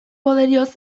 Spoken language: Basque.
poderioz